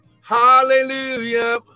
Hallelujah